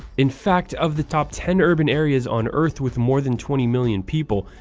in fact, of the top ten urban areas on earth with more than twenty million people,